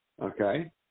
Okay